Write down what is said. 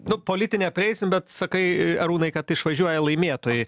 nu politinę prieisim bet sakai arūnai kad išvažiuoja laimėtojai